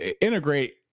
Integrate